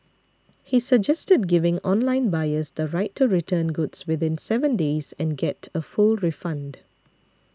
he suggested giving online buyers the right to return goods within seven days and get a full refund